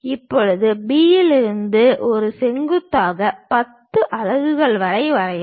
இப்போது B இலிருந்து ஒரு செங்குத்தாக 10 அலகு வரை வரையவும்